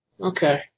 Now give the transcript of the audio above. Okay